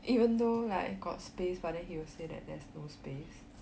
even though like got space but then he will say that there's no space